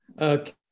Okay